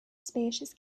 spacious